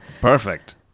Perfect